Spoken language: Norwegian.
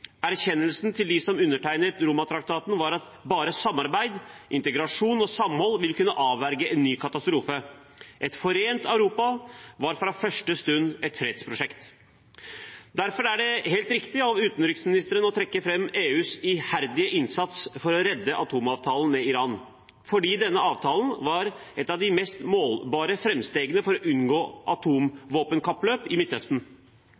Erkjennelsen til dem som undertegnet Romatraktaten, var at bare samarbeid, integrasjon og samhold ville kunne avverge en ny katastrofe. Et forent Europa var fra første stund et fredsprosjekt. Derfor er det helt riktig av utenriksministeren å trekke fram EUs iherdige innsats for å redde atomavtalen med Iran, fordi denne avtalen var et av de mest målbare framstegene for å unngå atomvåpenkappløp i Midtøsten.